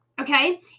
Okay